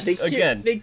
again